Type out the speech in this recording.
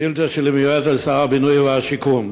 השאילתה שלי מיועדת לשר הבינוי והשיכון.